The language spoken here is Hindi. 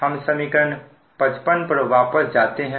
हम समीकरण 55 पर वापस जाते हैं